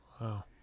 Wow